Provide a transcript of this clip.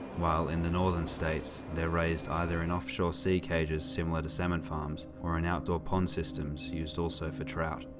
while in the northern states, they're raised either in offshore sea cages similar to salmon farms or in outdoor pond systems, used also for trout.